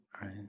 right